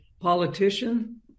politician